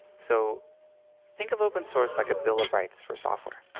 so think of open-source like a bill of rights for software.